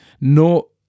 No